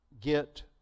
get